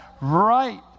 Right